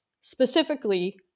specifically